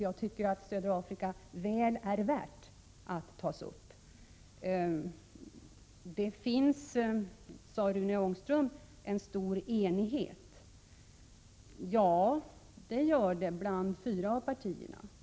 Jag tycker att södra Afrika är väl värt att ta upp i debatten här. Rune Ångström sade att det råder stor enighet. Ja, det gör det — bland fyra av partierna.